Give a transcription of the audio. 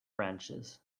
branches